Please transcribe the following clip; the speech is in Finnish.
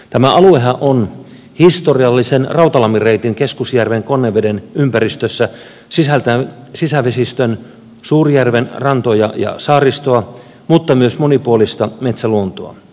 tämä aluehan on historiallisen rautalammin reitin keskusjärven konneveden ympäristössä joka sisältää sisävesistön suurjärven rantoja ja saaristoa mutta myös monipuolista metsäluontoa